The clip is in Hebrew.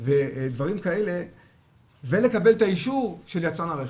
ולקבל את האישור של יצרן הרכב.